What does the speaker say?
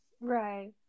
right